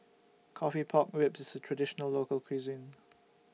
Coffee Pork Ribs IS A Traditional Local Cuisine